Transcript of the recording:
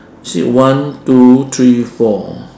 see one two three four